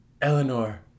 Eleanor